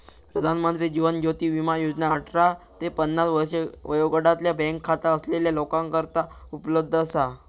प्रधानमंत्री जीवन ज्योती विमा योजना अठरा ते पन्नास वर्षे वयोगटातल्या बँक खाता असलेल्या लोकांकरता उपलब्ध असा